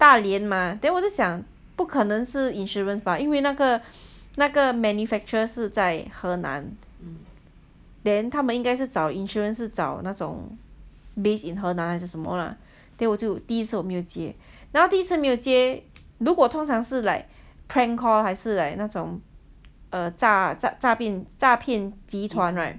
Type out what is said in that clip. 大连 mah then 我就想不可能是 insurance 吧因为那个那个 manufacturer 是在河南 then 他们应该是找 insurance 是找那种 based in 河还是什么 lah then 我就第一次我没有接然后第一次没有接如果通常是 like prank call 还是 like 那种 err 诈骗集团 right